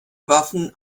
waffen